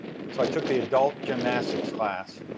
so i took the adult gymnastics class.